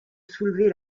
soulever